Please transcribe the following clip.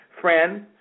friend